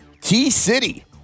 T-City